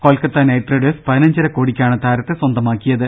Kolkata Knight Riders പതിനഞ്ചര കോടിക്കാണ് താരത്തെ സ്വന്തമാക്കിയത്